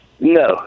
No